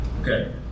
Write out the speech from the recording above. Okay